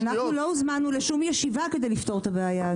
אנחנו לא הוזמנו לשום ישיבה כדי לפתור את הבעיה,